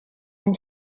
and